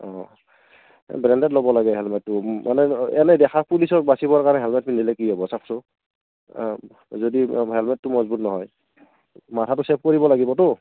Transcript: অঁ ব্ৰেণ্ডেড ল'ব লাগে হেলমেটটো মানে এনেই দেখাত পুলিচক বাচিবৰ কাৰণে হেলমেট পিন্ধিলে কি হ'ব চাওকচোন যদি হেলমেটটো মজবুত নহয় মাথাটো ছেভ কৰিব লাগিবতো